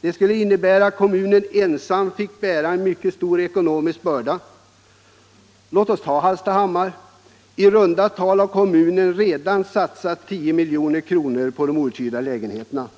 Det skulle innebära att kommunen ensam fick bära en mycket stor ekonomisk börda. Hallstahammar har redan satsat ca 10 milj.kr. på de outhyrda lägenheterna.